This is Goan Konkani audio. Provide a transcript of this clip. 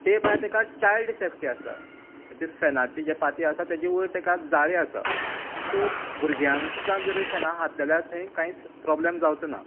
तें भायर तेका चायल्ड सेफ्टी आसता तेज्या फेनाची जे पाती आसा ताचे वयर तेका जाळी आसा सो भुरग्यांक सुद्दां जरय फेनाक हात लायल्यार थंय कांयच प्रोब्लम जावचो ना